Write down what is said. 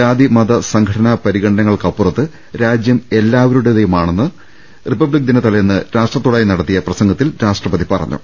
ജാതി മത സംഘടനാ പരിഗണനകൾക്കപ്പുറത്ത് രാജ്യം എല്ലാ വരുടേതുമാണെന്ന് റിപ്പബ്ലിക്ദിന തലേന്ന് രാഷ്ട്രത്തോടായി നടത്തിയ പ്രസം ഗത്തിൽ രാഷ്ട്രപതി പറഞ്ഞു